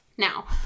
Now